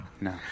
No